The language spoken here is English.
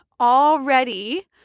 already